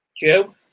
Joe